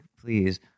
please